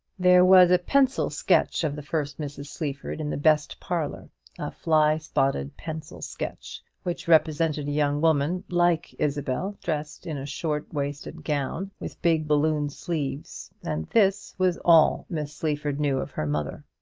there was a pencil-sketch of the first mrs. sleaford in the best parlour a fly-spotted pencil-sketch, which represented a young woman like isabel, dressed in a short-waisted gown, with big balloon sleeves and this was all miss sleaford knew of her mother.